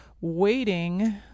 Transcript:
waiting